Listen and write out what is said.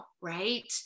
right